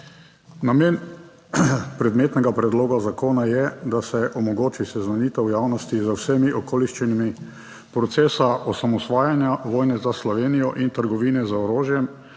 Namen predmetnega predloga zakona je, da se omogoči seznanitev javnosti z vsemi okoliščinami procesa osamosvajanja, vojne za Slovenijo in trgovine z orožjem